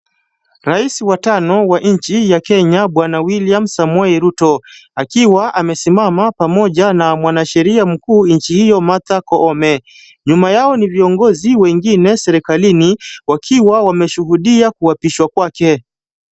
Raisi wa tano wa nchi ya kenya Bwana William Samoe Ruto akiwa amesimama pamoja na mwanasheria mkuu nchi hiyo Martha Koome. Nyuma yao ni viongozi wengine serikalini wakiwa wameshuhudia kuapishwa kwake.